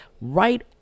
right